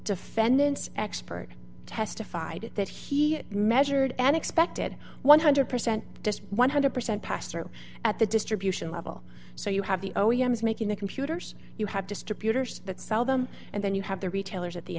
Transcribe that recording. defendants expert testified that he measured an expected one hundred percent just one hundred percent pastor at the distribution level so you have the o e m s making the computers you have distributors that sell them and then you have the retailers at the